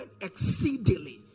exceedingly